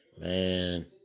Man